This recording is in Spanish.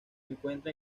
encuentra